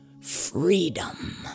freedom